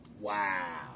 Wow